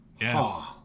yes